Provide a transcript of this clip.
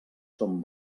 són